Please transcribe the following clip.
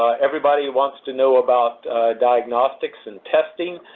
everybody wants to know about diagnostics and testing.